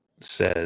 says